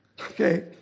Okay